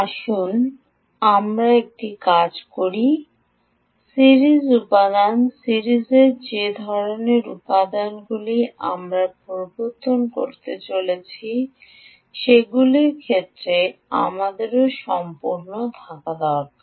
আসুন আমরা একটি কাজ করি সিরিজ উপাদান সিরিজের যে ধরণের উপাদানগুলি আমরা প্রবর্তন করতে চলেছি সেগুলির ক্ষেত্রে আমাদেরও সম্পূর্ণতা থাকা দরকার